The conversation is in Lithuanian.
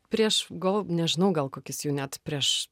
prieš gal nežinau gal kokius jau net prieš